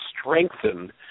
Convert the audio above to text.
strengthen